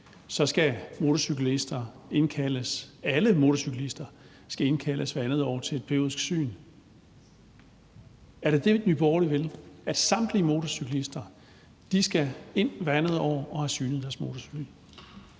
skal alle motorcyklister indkaldes hvert andet år til et periodisk syn. Er det det, Nye Borgerlige vil, altså at samtlige motorcyklister skal ind hvert andet år og have synet deres motorcykel?